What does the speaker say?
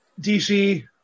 DC